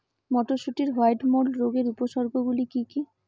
মটরশুটির white mould রোগের উপসর্গগুলি কী কী?